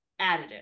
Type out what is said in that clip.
additive